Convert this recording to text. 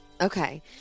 Okay